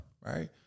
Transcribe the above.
Right